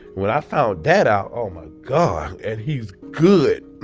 when i found that out oh, my god. and he's good.